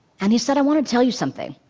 and he said, i want to tell you something.